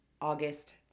August